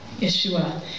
Yeshua